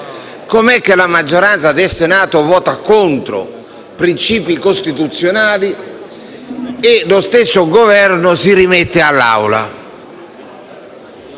come mai la maggioranza del Senato vota contro princìpi costituzionali e lo stesso Governo si rimette all'Assemblea?